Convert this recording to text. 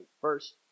First